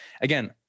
Again